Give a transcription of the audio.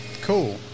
cool